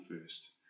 first